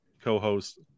co-host